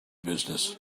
business